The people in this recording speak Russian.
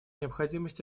необходимость